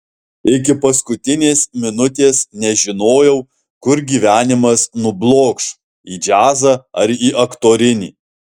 iki paskutinės minutės nežinojau kur gyvenimas nublokš į džiazą ar į aktorinį